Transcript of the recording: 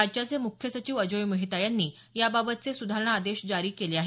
राज्याचे मुख्य सचिव अजोय मेहता यांनी याबाबतचे सुधारणा आदेश जारी केले आहेत